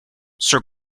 sir